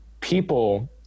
people